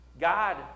God